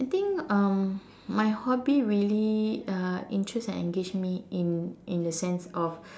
I think um my hobby really uh interest and engage me in in a sense of